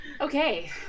Okay